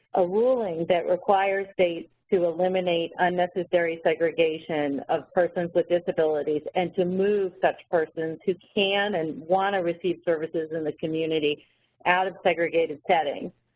a ruling that requires states to eliminate unnecessary segregation of persons with disabilities and to move such persons who can and want to receive services in the community out of segregated settings.